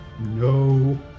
no